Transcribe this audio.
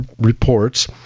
Reports